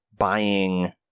Buying